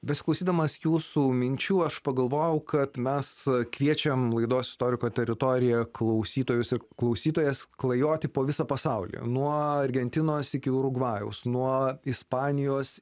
besiklausydamas jūsų minčių aš pagalvojau kad mes kviečiam laidos istoriko teritorija klausytojus ir klausytojas klajoti po visą pasaulį nuo argentinos iki urugvajaus nuo ispanijos